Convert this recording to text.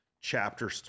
chapter